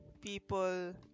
people